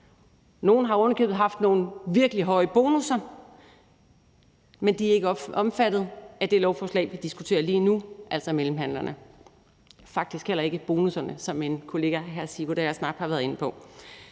Nogle har ovenikøbet haft nogle virkelig høje bonusser. Men de er ikke omfattet af det lovforslag, vi diskuterer lige nu, altså mellemhandlerne – faktisk heller ikke bonusserne, som min kollega hr. Sigurd Agersnap har været inde på.